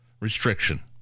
restriction